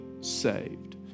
saved